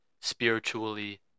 spiritually